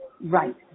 Right